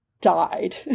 died